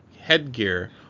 headgear